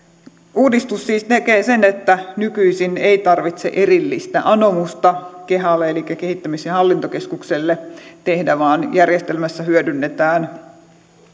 uudistus siis tekee sen että nykyisin ei tarvitse erillistä anomusta kehalle elikkä kehittämis ja hallintokeskukselle tehdä vaan järjestelmässä hyödynnetään